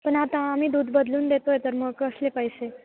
पण आता आम्ही दूध बदलून देतो आहे तर मग कसले पैसे